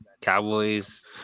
Cowboys